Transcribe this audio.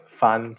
fun